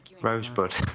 Rosebud